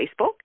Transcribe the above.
Facebook